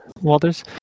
walters